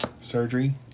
surgery